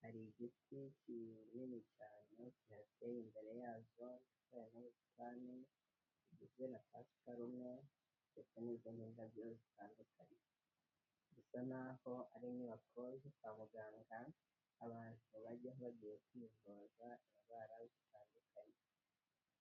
hari igiti kinini cyane cyihateye imbere yazo, cyegeranye n'ubusitani ndetse na pasiparume ndetse n'izindi ndabyo zitandukanye, bisa n'aho ari inyubako zo kwa muganga abantu bajya bagiye kwivuza indwara zitandukanye.